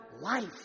life